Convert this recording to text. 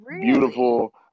beautiful